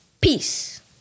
peace